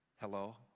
Hello